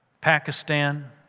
Pakistan